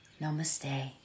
Namaste